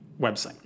website